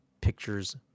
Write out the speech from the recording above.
Pictures